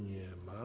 Nie ma.